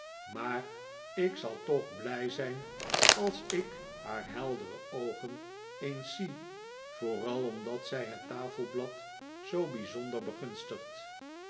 maar ik zal toch blij zijn als ik haar heldere oogen eens zie vooral omdat zij het tafelblad zoo bijzonder begunstigt